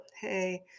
Hey